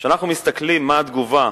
כשאנחנו מסתכלים מה התגובה,